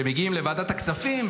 שמגיעים לוועדת הכספים,